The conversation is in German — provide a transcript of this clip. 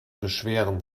beschweren